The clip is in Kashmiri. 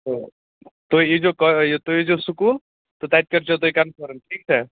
تہٕ تُہۍ یی زیو یہِ تُہۍ یی زیو سکوٗل تہٕ تَتہِ کٔرزیٚو تُہۍ کَنفٲرٕم ٹھیٖک چھا